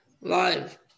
live